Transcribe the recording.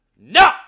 No